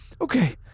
okay